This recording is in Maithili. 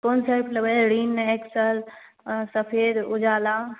क़ोन सर्फ़ लेबै रिन इक्सेल सफ़ेद उजाला